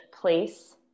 place